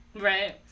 Right